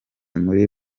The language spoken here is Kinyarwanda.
muri